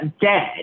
dead